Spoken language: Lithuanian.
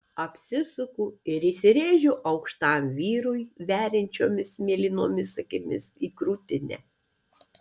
apsisuku ir įsirėžiu aukštam vyrui veriančiomis mėlynomis akimis į krūtinę